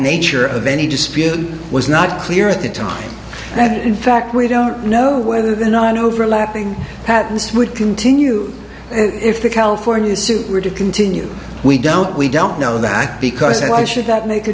nature of any dispute was not clear at the time and in fact we don't know whether they're not overlapping patents would continue and if the california suit were to continue we don't we don't know that because why should that make a